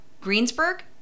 Greensburg